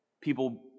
people